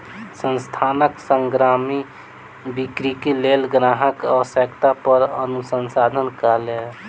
संस्थान सामग्री बिक्रीक लेल ग्राहकक आवश्यकता पर अनुसंधान कयलक